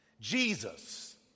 Jesus